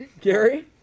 Gary